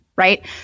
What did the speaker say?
Right